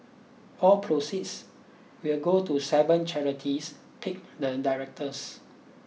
all proceeds will go to seven charities picked the directors